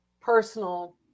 personal